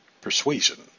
Persuasion